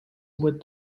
with